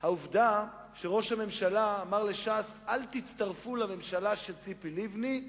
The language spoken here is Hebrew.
העובדה שראש הממשלה אמר לש"ס: אל תצטרפו לממשלה של ציפי לבני,